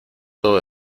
todo